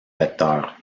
vecteurs